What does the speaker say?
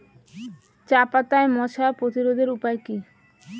চাপাতায় মশা প্রতিরোধের উপায় কি?